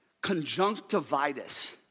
conjunctivitis